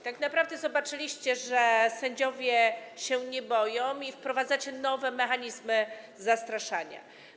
Tak naprawdę zobaczyliście, że sędziowie się nie boją, i wprowadzacie nowe mechanizmy zastraszania.